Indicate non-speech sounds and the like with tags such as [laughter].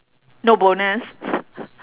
no bonus [laughs]